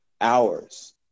hours